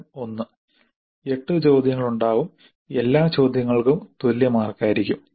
തരം 1 8 ചോദ്യങ്ങളുണ്ടാവും എല്ലാ ചോദ്യങ്ങൾക്കും തുല്യ മാർക്ക് ആയിരിക്കും